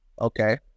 okay